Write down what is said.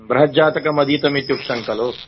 बृहज्जातकम् अधीतम् इत्युक्तं खलु